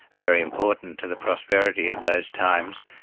very important to the prosperity of those times,